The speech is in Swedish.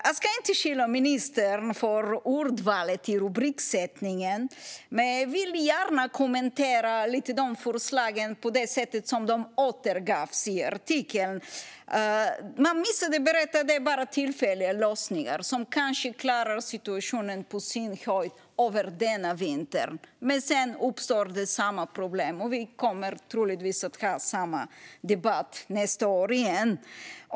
Jag ska inte skylla ministern för ordvalet i rubriksättningen. Men jag vill gärna kommentera förslagen på de sätt som de återgavs i artikeln. Man missade att berätta att det bara är tillfälliga lösningar som kanske klarar situationen på sin höjd över denna vinter. Men sedan uppstår samma problem. Vi kommer troligtvis att ha samma debatt nästa år igen.